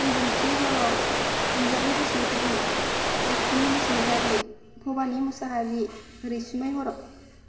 Mwjwmsri Boro Anjali Basumatary Lakshmi Basumatary Bhabani Musahary Raisumai Bodo